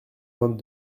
vingt